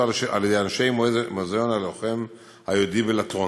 על ידי אנשי מוזיאון הלוחם היהודי בלטרון.